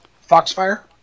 foxfire